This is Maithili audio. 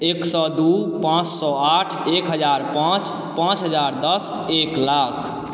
एक सए दू पाँच सए आठ एक हजार पाँच पाँच हजार दस एक लाख